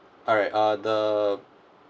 alright uh the